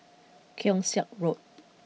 Keong Saik Road